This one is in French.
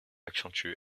accentue